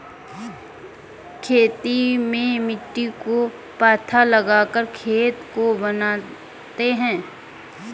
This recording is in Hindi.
खेती में मिट्टी को पाथा लगाकर खेत को बनाते हैं?